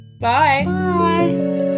Bye